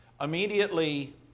immediately